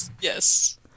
Yes